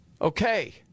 Okay